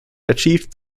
achieved